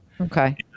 Okay